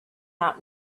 out